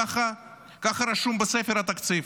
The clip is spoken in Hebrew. ככה רשום בספר התקציב.